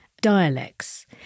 dialects